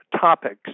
topics